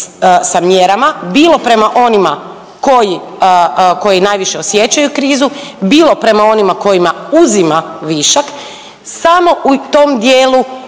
sa mjerama bilo prema onima koji najviše osjećaju krizu, bilo prema onima kojima uzima višak. Samo u tom dijelu